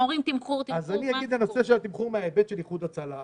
אני אגיד את הסיפור של התמחור מההיבט של "איחוד הצלה".